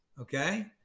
Okay